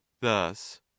thus